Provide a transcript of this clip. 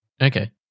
Okay